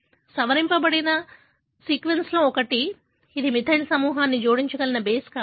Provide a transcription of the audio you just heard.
సవరించబడిన సీక్వెన్స్లలో ఒకటి ఇది మిథైల్ సమూహాన్ని జోడించగల బేస్ కావచ్చు